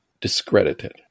discredited